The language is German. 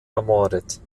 ermordet